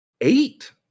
Eight